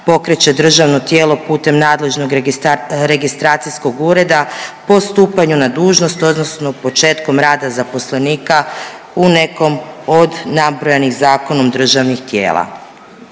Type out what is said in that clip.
pokreće državno tijelo putem nadležnog registracijskog ureda po stupanju na dužnost odnosno početkom rada zaposlenika u nekom od nabrojanih zakonom državnih tijela.